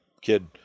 kid